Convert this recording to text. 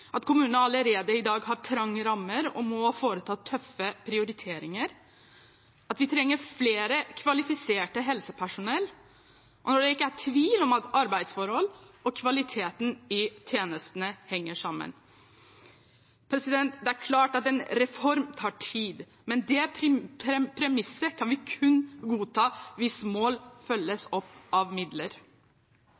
at kommunene allerede i dag har trange rammer og må foreta tøffe prioriteringer, at vi trenger mer kvalifisert helsepersonell, og når det ikke er tvil om at arbeidsforhold og kvaliteten i tjenestene henger sammen. Det er klart at en reform tar tid, men det premisset kan vi kun godta hvis mål følges